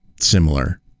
similar